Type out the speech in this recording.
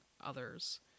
others